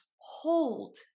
hold